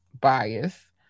bias